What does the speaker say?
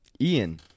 Ian